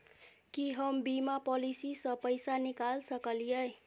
की हम बीमा पॉलिसी सऽ पैसा निकाल सकलिये?